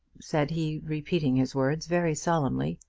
said he, repeating his words very solemnly.